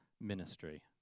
ministry